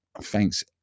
thanks